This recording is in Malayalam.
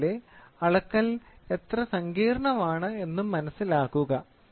അതുപോലെ അളക്കൽ എത്ര സങ്കീർണ്ണമാണ് എന്നും മനസിലാക്കുക